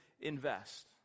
invest